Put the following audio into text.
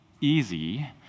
easy